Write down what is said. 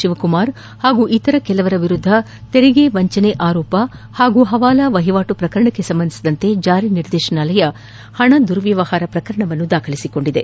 ಶಿವಕುಮಾರ್ ಹಾಗೂ ಇತರ ಕೆಲವರ ವಿರುದ್ದ ತೆರಿಗೆ ವಂಜನೆ ಆರೋಪ ಹಾಗೂ ಪವಾಲಾ ವಹಿವಾಟು ಪ್ರಕರಣಕ್ಕೆ ಸಂಬಂಧಿಸಿದಂತೆ ಜಾರಿ ನಿರ್ದೇಶನಾಲಯ ಪಣ ದುರ್ವ್ಯವಹಾರ ಪ್ರಕರಣವನ್ನು ದಾಖಲಿಸಿಕೊಂಡಿದೆ